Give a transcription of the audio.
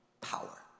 power